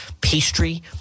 pastry